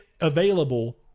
available